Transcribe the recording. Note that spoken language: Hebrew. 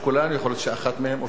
יכול להיות שאחת מהן או שתיים מהן.